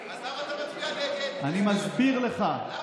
אני מסביר לך,